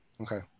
Okay